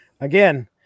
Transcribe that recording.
again